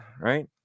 right